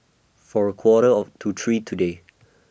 For A Quarter of to three today